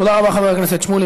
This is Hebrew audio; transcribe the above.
תודה רבה, חבר הכנסת שמולי.